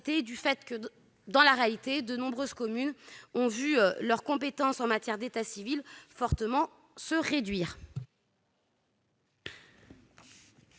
d'identité, dans la mesure où de nombreuses communes ont vu leurs compétences en matière d'état civil fortement se réduire.